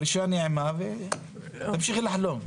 פרישה נעימה, ותמשיכי לחלום.